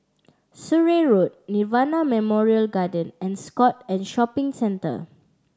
Surrey Road Nirvana Memorial Garden and Scott and Shopping Centre